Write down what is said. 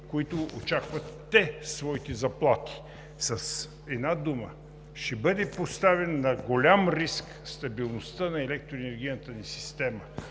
които очакват своите заплати. С една дума, ще бъде поставена на голям риск стабилността на електроенергийната ни система,